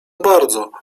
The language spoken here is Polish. bardzo